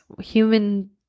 human